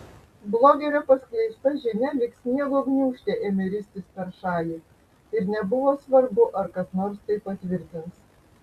blogerio paskleista žinia lyg sniego gniūžtė ėmė ristis per šalį ir nebuvo svarbu ar kas nors tai patvirtins